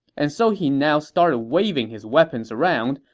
and so he now started waving his weapons around,